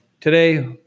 today